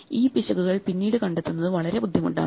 ഈ പിശകുകൾ പിന്നീട് കണ്ടെത്തുന്നത് വളരെ ബുദ്ധിമുട്ടാണ്